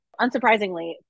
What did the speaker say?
Unsurprisingly